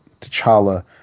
T'Challa